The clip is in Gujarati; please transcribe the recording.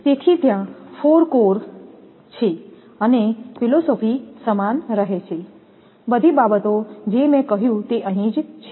તેથી ત્યાં 4 કોર છે અને ફિલસૂફી સમાન રહે છે બધી બાબતો જે મેં કહ્યું તે જ અહીં છે